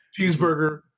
cheeseburger